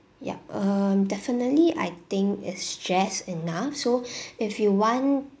yup um definitely I think it's just enough so if you want